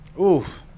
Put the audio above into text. Oof